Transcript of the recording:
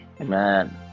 Amen